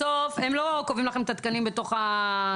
בסוף הם לא קובעים לכם את התקנים בתוך הגוף.